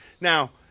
Now